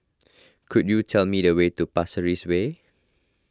could you tell me the way to Pasir Ris Way